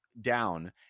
down